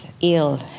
ill